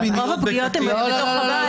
מיניות --- רוב הפגיעות הן בתוך הבית.